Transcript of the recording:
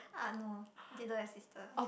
uh no they don't have sister